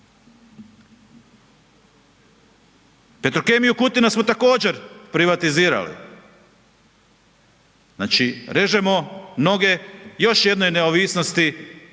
Petrokemiju Kutina smo također privatizirali. Znači režemo noge još jednoj neovisnosti